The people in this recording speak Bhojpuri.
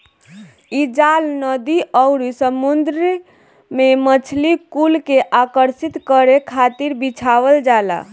इ जाल नदी अउरी समुंदर में मछरी कुल के आकर्षित करे खातिर बिछावल जाला